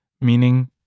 Meaning